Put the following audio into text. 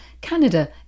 Canada